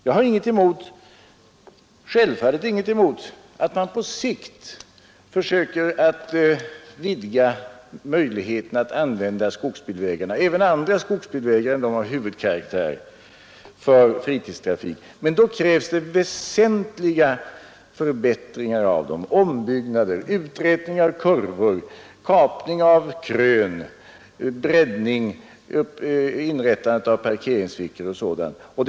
Jag har självfallet inget emot att man på sikt försöker utvidga möjligheterna att använda skogsbilvägarna för fritidstrafik, även andra skogsbilvägar än skogshuvudvägar. Men då krävs det väsentliga förbättringar av dem, ombyggnader, uträtning av kurvor, kapning av krön, breddning, inrättande av parkeringsfickor etc.